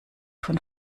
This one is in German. von